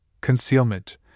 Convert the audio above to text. concealment